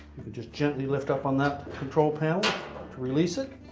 you can just gently lift up on that control panel to release it.